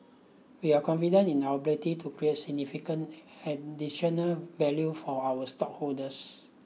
we are confident in our ability to create significant additional value for our stockholders